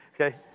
okay